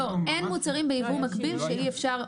אין מוצרים ביבוא מקביל שאי אפשר.